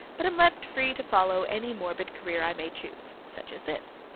but am left free to follow any morbid career i may choose, such as this.